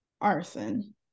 Arson